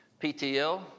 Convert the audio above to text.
PTL